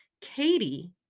Katie